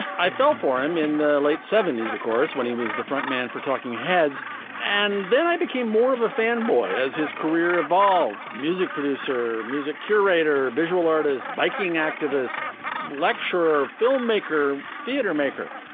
i fell for him in the late seventy s of course when he was the front man for talking heads and then i became more of a fanboy as his career evolved. music producer music curator visual art is biking activist lecturer filmmaker theatre maker.